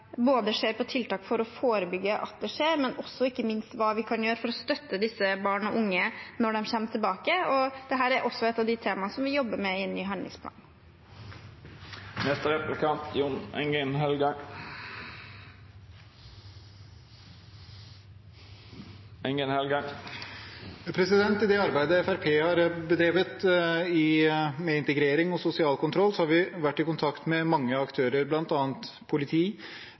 ser på tiltak for å forebygge at det skjer, og ikke minst hva vi kan gjøre for å støtte disse barna og ungdommene når de kommer tilbake. Dette er også et av temaene vi jobber med i forbindelse med handlingsplanen. I det arbeidet Fremskrittspartiet har bedrevet når det kommer til integrering og sosial kontroll, har vi vært i kontakt med mange aktører,